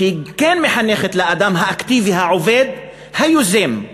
שכן מחנכת לאדם האקטיבי העובד, היוזם.